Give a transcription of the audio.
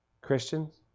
Christians